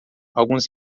alguns